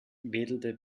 wedelte